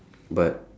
but